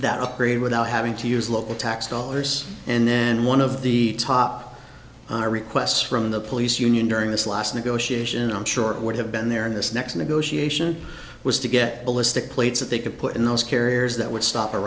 that upgrade without having to use local tax dollars and then one of the top honor requests from the police union during this last negotiation i'm sure it would have been there in this next negotiation was to get ballistic plates that they could put in those carriers that would stop a